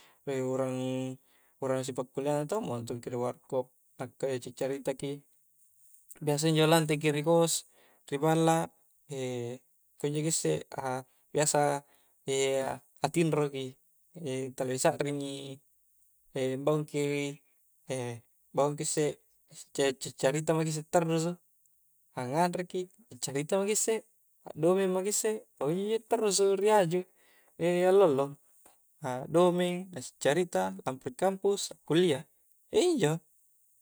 urang sipakullianga to montongki ri warkop akkae cari-carita ki biasa injo lanteki ri kost ri balla kunjo ki isse biasa atinro ki tala disakringi mbaungki mbaung ki isse caccarita maki isse tarrusu angnganreki accarita maki isse akdomeng maki isse pakunjo ji injo tarrusu ri haju allo-allo akdomeng, accacarita, lampa ri kampus akkullia iyaji injo